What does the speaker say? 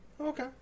Okay